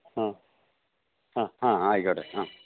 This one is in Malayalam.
ആ ആ ആ ആയിക്കോട്ടെ ആ